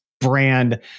brand